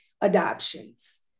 adoptions